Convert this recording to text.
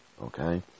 okay